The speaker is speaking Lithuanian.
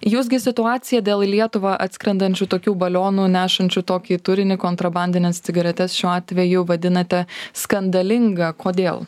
jūs gi situaciją dėl į lietuvą atskrendančių tokių balionų nešančių tokį turinį kontrabandines cigaretes šiuo atveju vadinate skandalinga kodėl